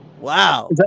wow